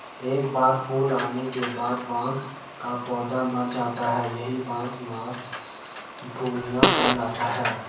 एक बार फूल आने के बाद बांस का पौधा मर जाता है यही बांस मांस फूलना कहलाता है